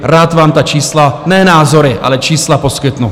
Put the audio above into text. Rád vám ta čísla, ne názory, ale čísla, poskytnu.